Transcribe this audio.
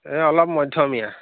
এই অলপ মধ্যমীয়া